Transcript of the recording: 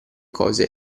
cose